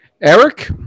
Eric